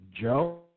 Joe